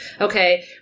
Okay